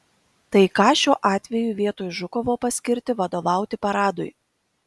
tai ką šiuo atveju vietoj žukovo paskirti vadovauti paradui